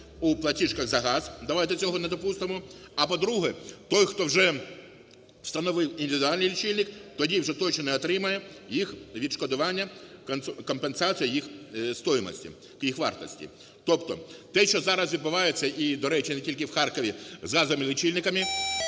у платіжка за газ, давайте цього не допустимо. А, по-друге, той, хто вже встановив індивідуальний лічильник, тоді вже точно не отримає їх відшкодування, компенсацію їх вартості. Тобто те, що зараз відбувається і, до речі, не тільки в Харкові, з газовими лічильниками,